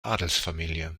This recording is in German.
adelsfamilie